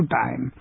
time